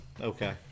Okay